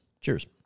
Cheers